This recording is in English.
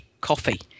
coffee